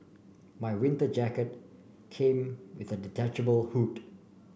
my winter jacket came with a detachable hood